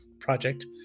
project